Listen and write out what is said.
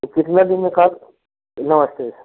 तो कितना दिन में कब नमस्ते